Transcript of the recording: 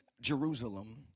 Jerusalem